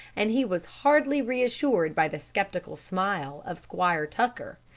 and he was hardly reassured by the skeptical smile of squire tucker,